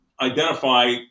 identify